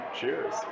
Cheers